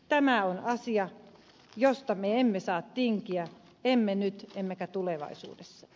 tämä on asia josta me emme saa tinkiä emme nyt emmekä tulevaisuudessa